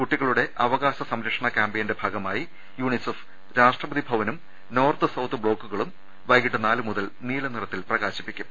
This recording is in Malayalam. കുട്ടികളുടെ അവകാശ സംരക്ഷണ കൃാമ്പയിന്റെ ഭാഗമായി യൂണിസെഫ് രാഷ്ട്രപതി ഭവനും നോർത്ത് സൌത്ത് ബ്ലോക്കുകളും വൈകീട്ട് നാല് മുതൽ നീല നിറത്തിൽ പ്രകാശിപ്പിക്കും